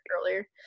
earlier